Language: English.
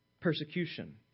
persecution